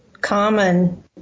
common